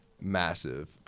massive